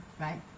right